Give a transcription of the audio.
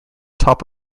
top